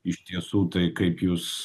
iš tiesų tai kaip jūs